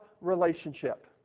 relationship